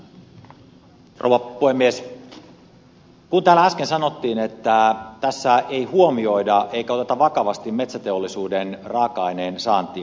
kun täällä äsken sanottiin että tässä ei huomioida eikä oteta vakavasti metsäteollisuuden raaka aineen saantia